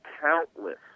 countless